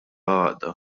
għaqda